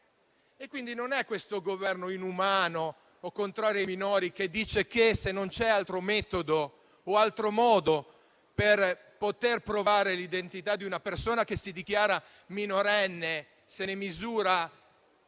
Pertanto non è questo Governo inumano o contrario ai minori ad affermare che se non c'è altro metodo o altro modo per provare l'identità di una persona che si dichiara minorenne, se ne misurano